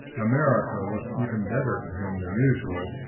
america looked even better to him than usual,